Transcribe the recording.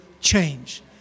change